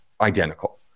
identical